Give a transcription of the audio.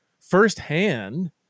firsthand